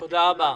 תודה רבה.